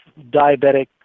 diabetic